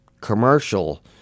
commercial